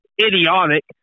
idiotic